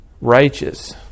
righteous